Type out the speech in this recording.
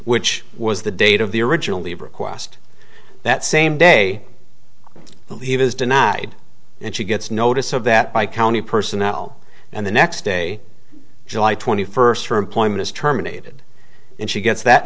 which was the date of the original leave request that same day that he was denied and she gets notice of that by county personnel and the next day july twenty first her employment is terminated and she gets that